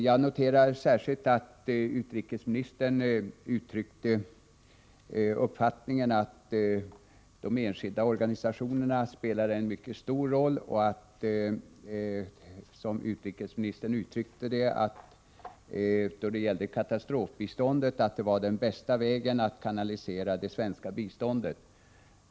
Jag noterar särskilt att utrikesministern uttryckte uppfattningen att de enskilda organisationerna spelar en mycket stor roll och att katastrofbiståndet var den bästa vägen att kanalisera det svenska biståndet.